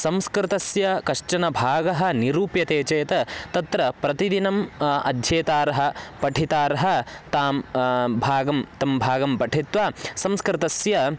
संस्कृतस्य कश्चन भागः निरूप्यते चेत् तत्र प्रतिदिनम् अध्येतारः पठितारः तां भागं तं भागं पठित्वा संस्कृतस्य